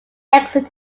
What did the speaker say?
exit